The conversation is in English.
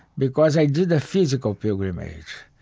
because i did a physical pilgrimage.